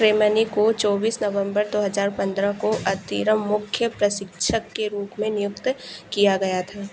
क्रेमनी को चौबीस नवम्बर दो हज़ार पन्द्रह को अन्तरिम मुख्य प्रशिक्षक के रूप में नियुक्त किया गया था